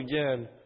again